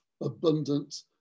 abundant